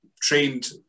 trained